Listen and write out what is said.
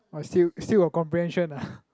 !wah! still still got comprehension ah